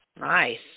Nice